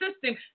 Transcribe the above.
system